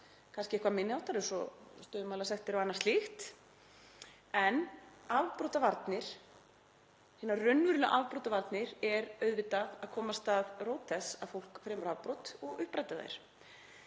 kannski eitthvað minni háttar eins og stöðumælasektir og annað slíkt, en afbrotavarnir, hinar raunverulegu afbrotavarnir, eru auðvitað að komast að rót þess að fólk fremur afbrot og uppræta þær.